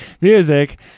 music